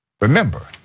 Remember